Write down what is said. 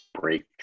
break